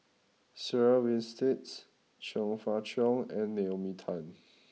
Sarah Winstedt Chong Fah Cheong and Naomi Tan